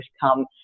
come